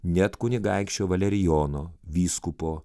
net kunigaikščio valerijono vyskupo